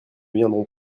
viendront